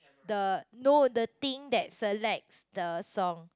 the no the thing that selects the song